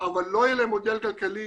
אבל לא יהיה להן מודל כלכלי